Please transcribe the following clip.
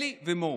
אלי ומור.